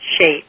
shape